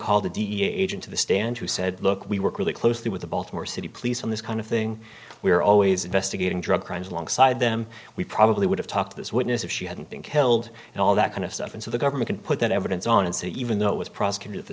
called the dea agent to the stand who said look we work really closely with the baltimore city police on this kind of thing we are always investigating drug crimes alongside them we probably would have talked to this witness if she hadn't been killed and all that kind of stuff and so the government put that evidence on and so even though it was prosecuted